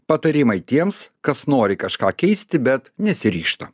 patarimai tiems kas nori kažką keisti bet nesiryžta